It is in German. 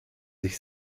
sich